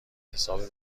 حساب